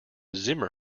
zimmer